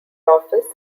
office